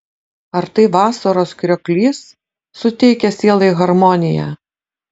ar tai vasaros krioklys suteikia sielai harmoniją